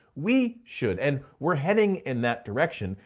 we should. and we're heading in that direction,